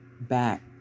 back